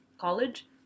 college